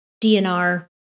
DNR